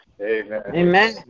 Amen